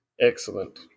Excellent